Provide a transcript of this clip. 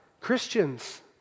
Christians